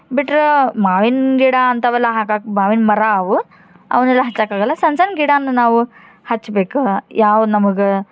ಬಿಟ್ರೆ ಮಾವಿನ ಗಿಡ ಅಂಥವೆಲ್ಲ ಹಾಕಕ್ಕೆ ಮಾವಿನ ಮರ ಅವು ಅವನ್ನೆಲ್ಲ ಹಚ್ಚಕ್ಕಾಗಲ್ಲ ಸಣ್ಣ ಸಣ್ಣ ಗಿಡನ ನಾವು ಹಚ್ಬೇಕು ಯಾವ ನಮಗೆ